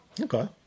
Okay